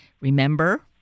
remember